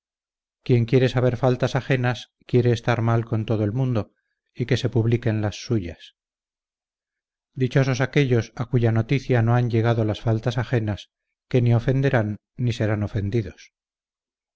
quien quiere saber faltas ajenas quiere estar mal con todo el mundo y que se publiquen las suyas dichosos aquellos a cuya noticia no han llegado las faltas ajenas que ni ofenderán ni serán ofendidos